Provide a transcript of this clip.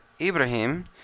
Ibrahim